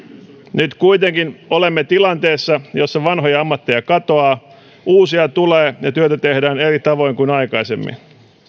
nyt kuitenkin olemme tilanteessa jossa vanhoja ammatteja katoaa uusia tulee ja työtä tehdään eri tavoin kuin aikaisemmin